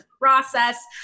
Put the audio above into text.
process